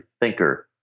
thinker